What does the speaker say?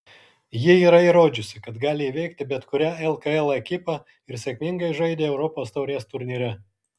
ji yra įrodžiusi kad gali įveikti bet kurią lkl ekipą ir sėkmingai žaidė europos taurės turnyre